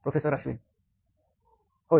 professor Ashwin होय